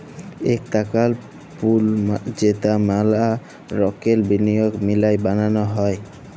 ইক টাকার পুল যেট ম্যালা লকের বিলিয়গ মিলায় বালাল হ্যয়